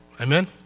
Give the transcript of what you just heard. Amen